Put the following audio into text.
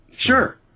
sure